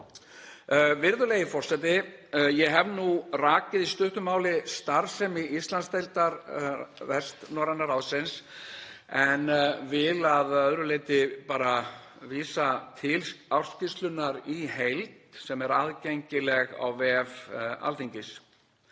Virðulegi forseti. Ég hef nú rakið í stuttu máli starfsemi Íslandsdeildar Vestnorræna ráðsins en vil að öðru leyti bara vísa til ársskýrslunnar í heild sem er aðgengileg á vef Alþingis.